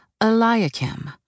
Eliakim